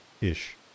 Ish